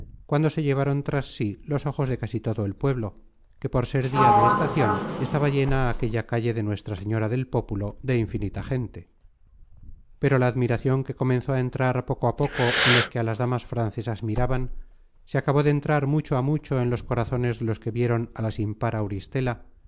cuando se llevaron tras sí los ojos de casi todo el pueblo que por ser dia de estacion estaba llena aquella calle de nuestra señora del pópulo de infinita gente pero la admiracion que comenzó a entrar poco a poco en los que á las damas francesas miraban se acabó de entrar mucho á mucho en los corazones de los que vieron á la sin